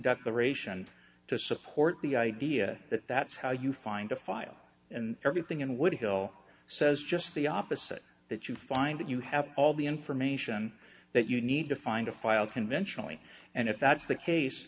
declaration to support the idea that that's how you find a file and everything and what hill says just the opposite that you find that you have all the information that you need to find a file conventionally and if that's the case